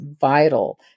vital